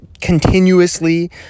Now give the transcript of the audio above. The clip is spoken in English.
continuously